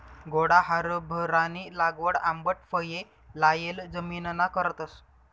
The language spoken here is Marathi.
घोडा हारभरानी लागवड आंबट फये लायेल जमिनना करतस